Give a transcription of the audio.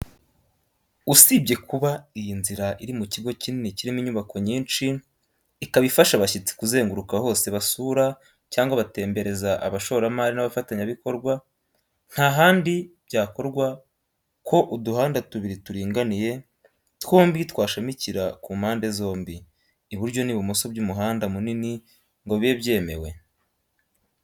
Usibye kuba iyi nzira iri mu kigo kinini kirimo inyubako nyinshi, ikaba ifasha abashyitsi kuzenguruka hose basura cyangwa batembereza abashoramari n'abafatanyabikorwa, nta handi byakorwa ko uduhanda tubiri turinganiye, twombi twashamikira ku mpande zombi, iburyo n'ibumoso by'umuhanda munini ngo bibe byemewe.